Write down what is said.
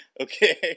Okay